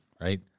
right